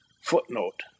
Footnote